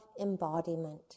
embodiment